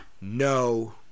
No